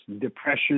depression